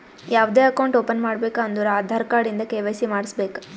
ಯಾವ್ದೇ account open ಮಾಡ್ಬೇಕ ಅಂದುರ್ ಆಧಾರ್ ಕಾರ್ಡ್ ಇಂದ ಕೆ.ವೈ.ಸಿ ಮಾಡ್ಸಬೇಕ್